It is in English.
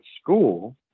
school